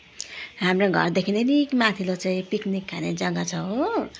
हाम्रो घरदेखिन् अलिक माथिल्लो चाहिँ पिकनिक खाने जग्गा छ हो